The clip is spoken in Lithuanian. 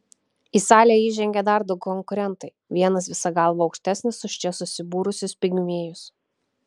į salę įžengia dar du konkurentai vienas visa galva aukštesnis už čia susibūrusius pigmėjus